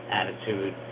attitude